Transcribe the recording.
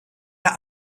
der